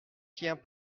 tient